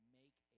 make